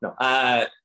No